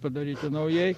padaryti naujai